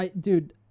dude